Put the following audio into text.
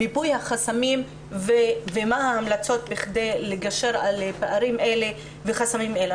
מיפוי החסמים ומה ההמלצות כדי לגשר על הפערים האלה והחסמים האלה.